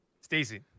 Stacey